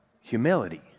Humility